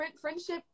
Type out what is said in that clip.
friendship